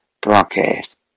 broadcast